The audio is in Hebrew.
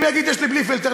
אם יגיד: יש לי בלי פילטר,